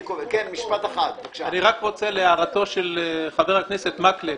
אני רוצה לומר, להערתו של חבר הכנסת מקלב: